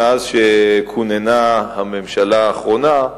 מאז כוננה הממשלה האחרונה,